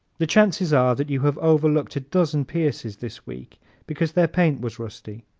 the chances are that you have overlooked a dozen pierces this week because their paint was rusty.